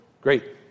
Great